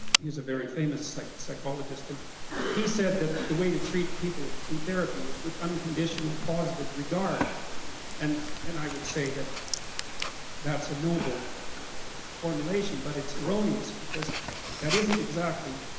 is a very famous like psychologist and he said that the way to treat people in therapy is with unconditional positive regard and and i would say that that's a noble formulation but it's erroneous because that isn't exactly,